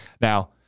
Now